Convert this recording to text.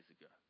ago